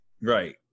Right